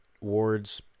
Ward's